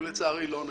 לצערי הם לא נכונים.